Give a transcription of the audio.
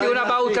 הישיבה